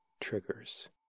triggers